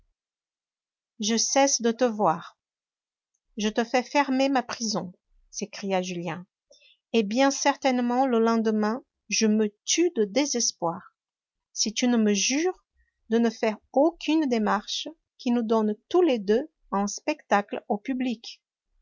je cesse de te voir je te fais fermer ma prison s'écria julien et bien certainement le lendemain je me tue de désespoir si tu ne me jures de ne faire aucune démarche qui nous donne tous les deux en spectacle au public